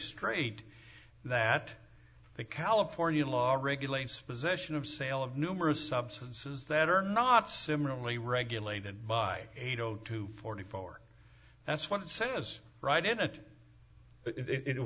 straight that the california law regulates possession of sale of numerous substances that are not similarly regulated by eight o two forty four that's what it says right innit